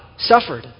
suffered